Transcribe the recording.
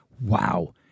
Wow